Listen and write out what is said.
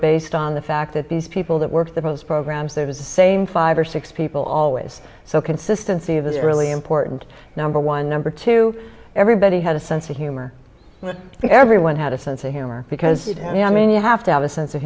based on the fact that these people that work the most programs there was the same five or six people always so consistency that is really important number one number two everybody had a sense of humor everyone had a sense of humor because you know i mean you have to have a sense of